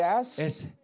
es